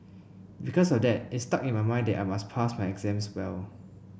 because of that it stuck in my mind that I must pass my exams well